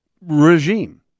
regime